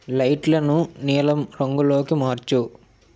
లైట్లను నీలం రంగులోకి మార్చు